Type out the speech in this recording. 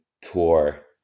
tour